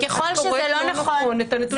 את קוראת לא נכון את הנתונים.